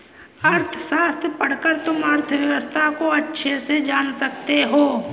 अर्थशास्त्र पढ़कर तुम अर्थव्यवस्था को अच्छे से जान सकते हो